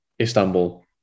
Istanbul